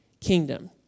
kingdom